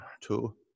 two